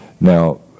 Now